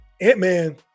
Ant-Man